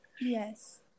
Yes